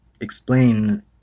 explain